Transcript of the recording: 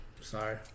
Sorry